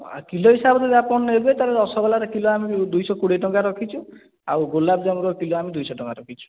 ଆ kilo ହିସାବରେ ଯଦି ଆପଣ ନେବେ ତାହେଲେ ରସଗୋଲାର କିଲୋ ଆମେ ଦୁଇଶହ କୋଡ଼ିଏ ଟଙ୍କା ରଖିଛୁ ଆଉ ଗୋଲାପଜାମୁର କିଲୋ ଆମେ ଦୁଇଶହ ଟଙ୍କା ରଖିଛୁ